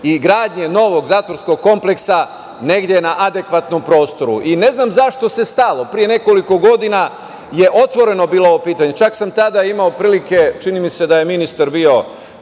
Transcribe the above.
i gradnje novog zatvorskog kompleksa negde na adekvatnom prostoru. Ne znam zašto se stalo? Pre nekoliko godina je otvoreno bilo ovo pitanje. Čak sam tada imao prilike, čini mi se da je ministar bio